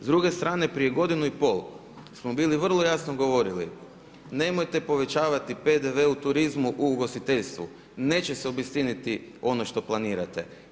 S druge strane, prije godinu i pol smo vrlo jasno govorili, nemojte povećavati PDV u turizmu u ugostiteljstvu, neće se objasniti ono što planirate.